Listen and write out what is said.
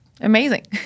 amazing